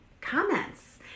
comments